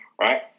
right